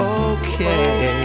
okay